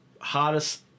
hardest